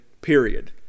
period